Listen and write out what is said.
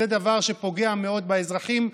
זה דבר שפוגע מאוד באזרחים.